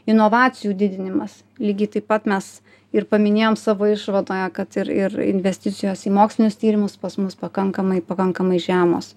inovacijų didinimas lygiai taip pat mes ir paminėjom savo išvadoje kad ir ir investicijos į mokslinius tyrimus pas mus pakankamai pakankamai žemos